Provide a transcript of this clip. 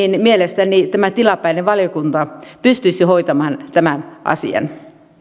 mielestäni tämä tilapäinen valiokunta pystyisi hoitamaan tämän asian